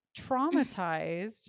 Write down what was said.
traumatized